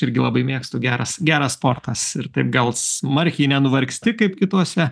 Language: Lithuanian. irgi labai mėgstu geras geras sportas ir taip gal smarkiai nenuvargsti kaip kituose